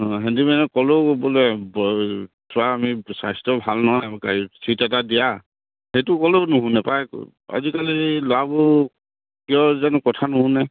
অঁ হেণ্ডিমেনক ক'লেও বোলে চোৱা আমি স্বাস্থ্য ভাল নহয় গাড়ীত ছিট এটা দিয়া সেইটো ক'লেও নুশুনে পায় আজিকালি ল'ৰাবোৰ কিয় জানো কথা নুশুনে